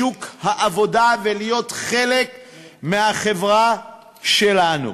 מכן בשוק העבודה ולהיותם חלק מהחברה שלנו.